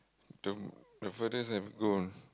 to the furthest I've gone